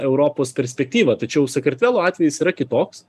europos perspektyvą tačiau sakartvelo atvejis yra kitoks